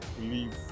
leave